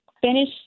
finish